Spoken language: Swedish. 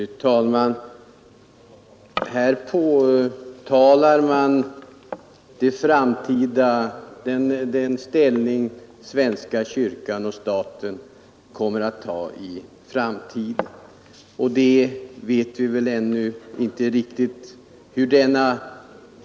Fru talman! Här har talats om svenska kyrkans framtida ställning till staten, men det är väl en sak som vi ännu inte vet så mycket om.